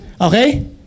Okay